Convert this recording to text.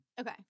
Okay